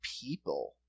people